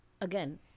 again